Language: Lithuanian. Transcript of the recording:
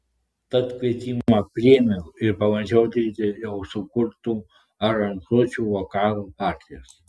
tad kvietimą priėmiau ir pabandžiau atlikti jau sukurtų aranžuočių vokalo partijas